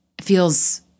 feels